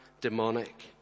demonic